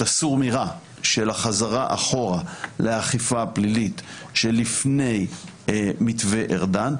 את הסור מרע של החזרה אחורה לאכיפה הפלילית שלפני מתווה ארדן,